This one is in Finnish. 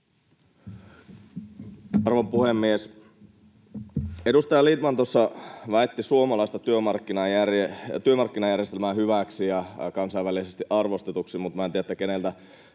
Arvon puhemies! Edustaja Lindtman tuossa väitti suomalaista työmarkkinajärjestelmää hyväksi ja kansainvälisesti arvostetuksi, mutta minä en tiedä, keneltä